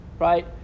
right